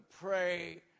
pray